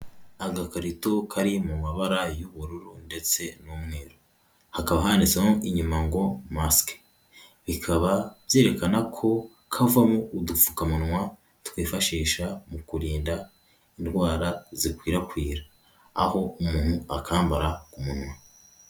Agakarito kari mu mabara y'ubururu ndetse n'umweru, hakaba handitseho inyuma ngo "masike". Bikaba zerekana ko kavamo udupfukamunwa twifashisha mu kurinda indwara zikwirakwira, aho umuntu akambara ku munwa.